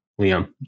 Liam